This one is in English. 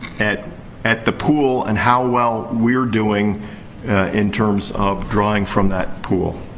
at at the pool and how well we're doing in terms of drawing from that pool.